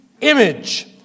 image